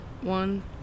One